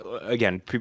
again